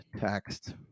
text